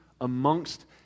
amongst